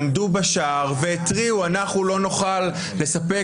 עמדו בשער והתריעו: אנחנו לא נוכל לספק